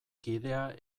kidea